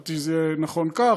חשבתי שזה נכון כך,